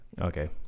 Okay